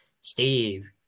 Steve